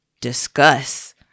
discuss